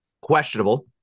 Questionable